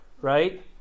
right